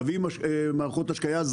נביא מערכות השקיה,